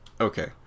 Okay